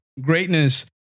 Greatness